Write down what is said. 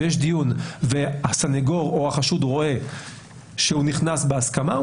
ויש דיון והסנגור או החשוד רואה שהוא נכנס בהסכמה,